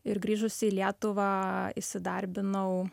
ir grįžusi į lietuvą įsidarbinau